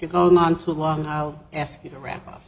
you're going on too long i'll ask you to wrap up